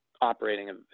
operating